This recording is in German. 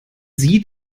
sie